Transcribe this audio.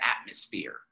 atmosphere